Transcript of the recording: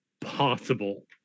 possible